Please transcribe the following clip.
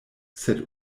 sed